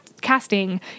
casting